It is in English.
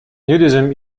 nudism